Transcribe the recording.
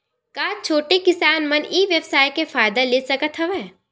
का छोटे किसान मन ई व्यवसाय के फ़ायदा ले सकत हवय?